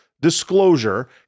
disclosure